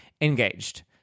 engaged